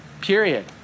period